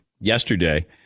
yesterday